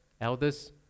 elders